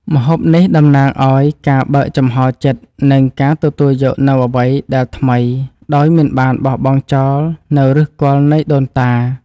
ម្ហូបនេះតំណាងឱ្យការបើកចំហចិត្តនិងការទទួលយកនូវអ្វីដែលថ្មីដោយមិនបោះបង់ចោលនូវឫសគល់នៃដូនតា។